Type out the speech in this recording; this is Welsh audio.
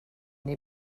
neu